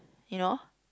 you know